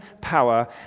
power